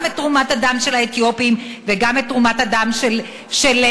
גם את תרומת הדם של האתיופים וגם את תרומת הדם של ההומוסקסואלים.